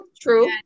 True